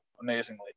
amazingly